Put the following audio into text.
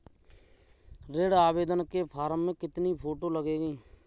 ऋण आवेदन के फॉर्म में कितनी फोटो लगेंगी?